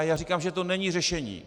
Já říkám, že to není řešení.